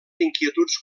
inquietuds